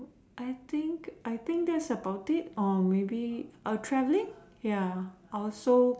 I think I think that's about it or maybe traveling ya or also